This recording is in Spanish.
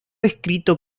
escrito